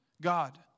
God